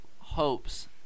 hopes